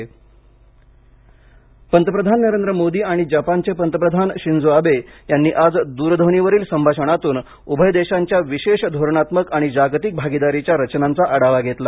पंतप्रधान दरध्वनी चर्चा पंतप्रधान नरेंद्र मोदी आणि जपानचे पंतप्रधान शिंझो आबे यांनी आज दूरध्वनीवरील संभाषणातून उभय देशांच्या विशेष धोरणात्मक आणि जागतिक भागीदारीच्या रचनांचा आढावा घेतला